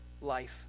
life